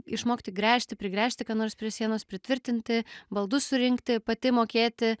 išmokti gręžti prigręžti ką nors prie sienos pritvirtinti baldus surinkti pati mokėti